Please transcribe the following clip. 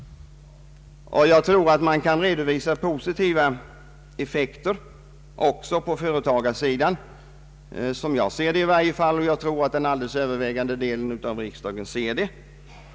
Jag tror att effekterna blir positiva också för företagen, i varje fall som jag ser det och som jag är över tygad om att den alldeles övervägande delen av riksdagsledamöterna också ser det.